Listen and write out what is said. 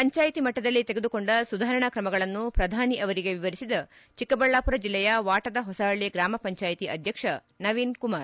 ಪಂಚಾಯಿತಿ ಮಟ್ಟದಲ್ಲಿ ತೆಗೆದುಕೊಂಡ ಸುಧಾರಣಾ ಕ್ರಮಗಳನ್ನು ಪ್ರಧಾನಿ ಅವರಿಗೆ ವಿವರಿಸಿದ ಚಿಕ್ಕಬಳ್ಣಾಪುರ ಜಿಲ್ಲೆಯ ವಾಟದ ಹೊಸಹಳ್ಳ ಗ್ರಾಮ ಪಂಚಾಯ್ತಿ ಅಧ್ಯಕ್ಷ ನವೀನ್ ಕುಮಾರ್